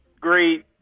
great